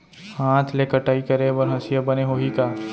हाथ ले कटाई करे बर हसिया बने होही का?